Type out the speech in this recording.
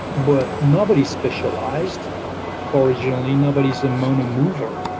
but nobody's specialized originally. nobody's a mono mover.